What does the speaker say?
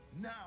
now